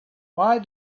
why